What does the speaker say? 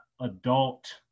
adult